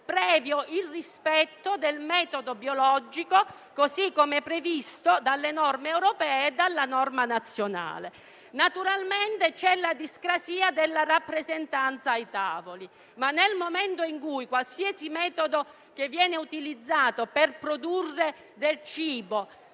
previo il rispetto del metodo biologico così come previsto dalle norme europee e dalla norma nazionale. Naturalmente c'è la discrasia della rappresentanza ai tavoli. Ma, nel momento in cui qualsiasi metodo che viene utilizzato per produrre del cibo